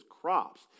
crops